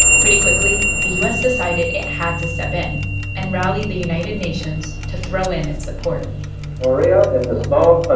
pretty quickly, the u s. decided it had to step in and rally the united nations to throw in its support korea is a small ah